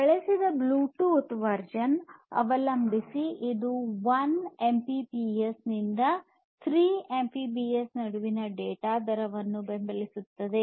ಬಳಸಿದ Bluetooth version ಅವಲಂಬಿಸಿ ಇದು 1 ಎಮ್ಬಿಪಿಎಸ್ ನಿಂದ 3 ಎಮ್ಬಿಪಿಎಸ್ ನಡುವಿನ ಡೇಟಾ ದರವನ್ನು ಬೆಂಬಲಿಸುತ್ತದೆ